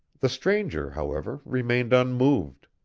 the stranger, however, remained unmoved.